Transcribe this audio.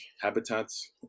habitats